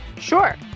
Sure